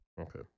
Okay